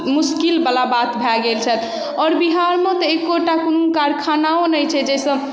मुस्किल बला बात भऽ गेल छथि आओर बिहारमे तऽ एकोटा कोनो कारखानाओ नहि छै जाहिसँ